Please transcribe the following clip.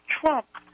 Trump